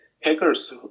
Hackers